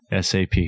SAP